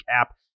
app